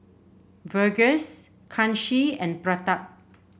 Verghese Kanshi and Pratap